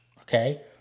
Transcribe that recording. Okay